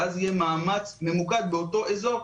ואז יהיה מאמץ ממוקד באותו אזור,